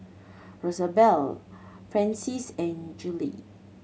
Rosabelle Francis and Julie